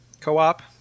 co-op